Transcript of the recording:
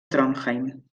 trondheim